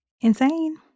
insane